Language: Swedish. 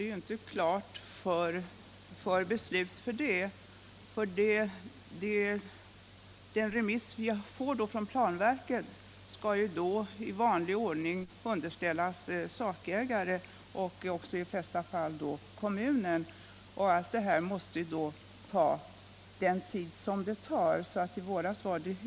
Och det är ett centraliserings argument som upplevs som ett hot vid många små enheter. Effekterna kan bli besvärande från regionalpolitisk synpunkt, men kan även påverka landstingsekonomin negativt, då små enheter i flera utredningar visat sig fördelaktiga i kostnadsavseende.